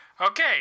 Okay